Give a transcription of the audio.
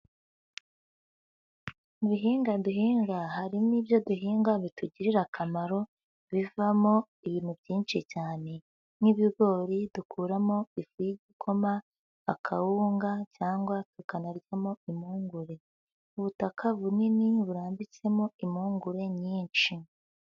Mu bihingwa duhinga, harimo ibyo duhinga bitugirira akamaro, bivamo ibintu byinshi cyane, nk'ibigori dukuramo ifu y'igikoma, akawunga, cyangwa tukanabiryamo impungure, ubutaka bunini burambitsemo impungure nyinshi.